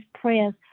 prayers